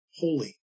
Holy